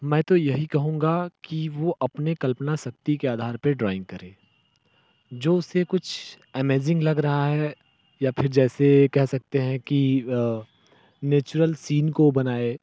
मैं तो यही कहूँगा कि वह अपने कल्पना शक्ति के आधार पर ड्रॉइंग करे जो उसे कुछ अमेज़िंग लग रहा है या फिर जैसे कह सकते हैं कि नेचुरल सीन को बनाए